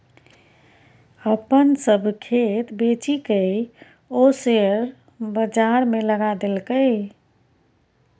अपन सभ खेत बेचिकए ओ शेयर बजारमे लगा देलकै